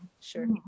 Sure